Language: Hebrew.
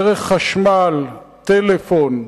דרך חשמל, טלפון,